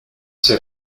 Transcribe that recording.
ces